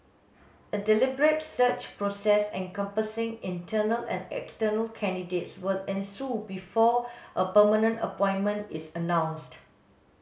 a deliberate search process encompassing internal and external candidates will ensue before a permanent appointment is announced